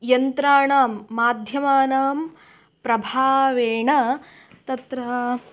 यन्त्राणां माध्यमानां प्रभावेण तत्र